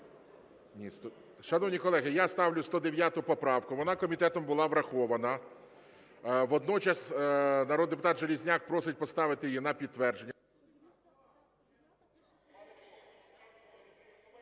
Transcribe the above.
Шановні колеги, я ставлю 109 поправку, вона комітетом була врахована. Водночас народний депутат Железняк просить поставити її на підтвердження.